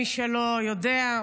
מי שלא יודע,